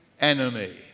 enemy